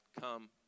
come